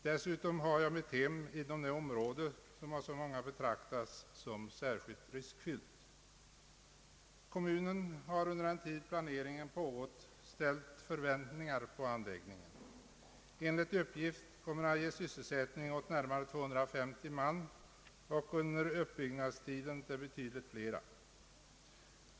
Dessutom har jag mitt hem inom det område som av så många anses vara särskilt riskfyllt. Kommunen har under den tid planeringen pågått ställt förväntningar på anläggningen. Enligt uppgift kommer den att ge sysselsättning åt närmare 250 man och under byggnadstiden åt betydligt flera.